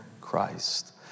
Christ